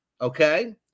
okay